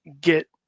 get